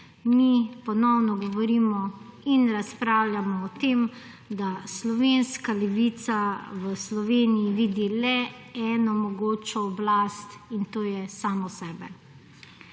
mi ponovno govorimo in razpravljamo o tem, da slovenska levica v Sloveniji vidi le eno mogoče oblast in to je samo sebe.